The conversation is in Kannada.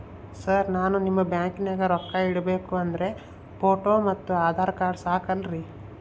ಸರ್ ನಾನು ನಿಮ್ಮ ಬ್ಯಾಂಕನಾಗ ರೊಕ್ಕ ಇಡಬೇಕು ಅಂದ್ರೇ ಫೋಟೋ ಮತ್ತು ಆಧಾರ್ ಕಾರ್ಡ್ ಸಾಕ ಅಲ್ಲರೇ?